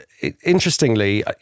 interestingly